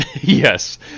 Yes